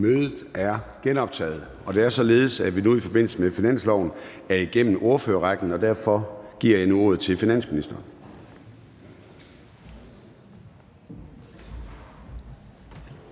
Mødet er genoptaget. Det er således, at vi nu i forbindelse med forhandlingen om forslaget til finanslov er igennem ordførerrækken. Derfor giver jeg nu ordet til finansministeren.